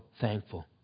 thankful